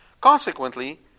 Consequently